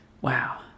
Wow